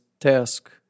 task